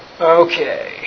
Okay